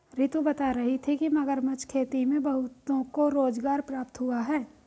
रितु बता रही थी कि मगरमच्छ खेती से बहुतों को रोजगार प्राप्त हुआ है